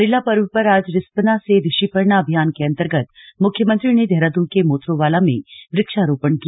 हरेला पर्व पर आज रिस्पना से ऋषिपर्णा अभियान के अन्तर्गत मुख्यमंत्री ने देहरादून के मोथरोवाला में वृक्षारोपण किया